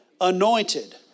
anointed